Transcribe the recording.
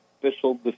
official